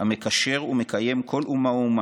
המקשר ומקיים כל אומה ואומה.